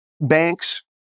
banks